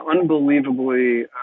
unbelievably